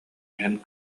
иһэн